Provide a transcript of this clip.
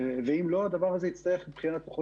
ואם לא הדבר הזה יצטרך להידחות במסגרת לוחות